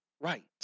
right